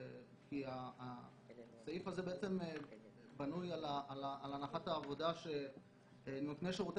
כי הסעיף הזה בנוי על הנחת העבודה שנותני שירותי